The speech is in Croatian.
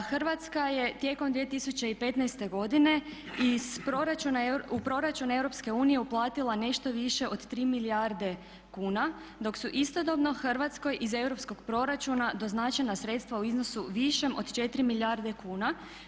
Hrvatska je tijekom 2015. godine u Proračun EU uplatila nešto više od 3 milijarde kuna dok su istodobno Hrvatskoj iz europskog proračuna doznačena sredstva u iznosu višem od 4 milijarde kuna.